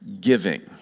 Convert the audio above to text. giving